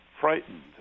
frightened